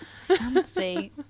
Fancy